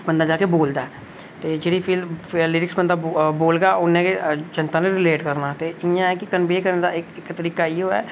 ते बंदा जा के बोलदा ऐ ते जेह्ड़ी फील लिरिक्स बंदा बोलगा ते उन्ना गै जनता नै बी रिलेट करना ते इं'या एह् कन्वे करने दा इक्को तरीका इ'यै ऐ कि